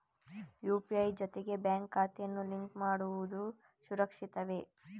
UPI ಜೊತೆಗೆ bank ಖಾತೆಯನ್ನು link ಮಾಡುವುದು ಸುರಕ್ಷಿತವೇ?